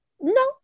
No